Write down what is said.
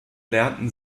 lernte